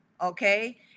okay